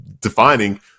defining